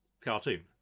cartoon